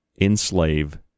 enslave